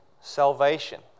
salvation